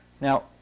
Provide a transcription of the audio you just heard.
Now